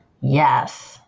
Yes